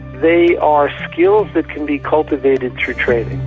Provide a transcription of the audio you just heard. they are skills that can be cultivated through training.